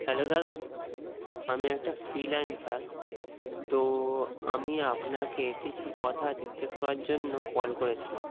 hello দাদা আমি একটা ফ্রিল্যান্সার তো আমি আপনাকে কিছু কথা জিজ্ঞেস করার জন্য কল করেছিলাম